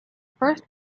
first